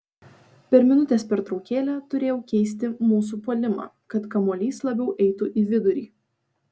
per minutės pertraukėlę turėjau keisti mūsų puolimą kad kamuolys labiau eitų į vidurį